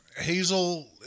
Hazel